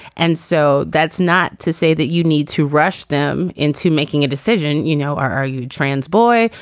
and so that's not to say that you need to rush them into making a decision you know are are you trans boy.